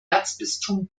erzbistum